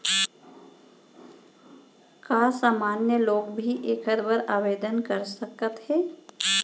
का सामान्य लोग भी एखर बर आवदेन कर सकत हे?